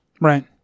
Right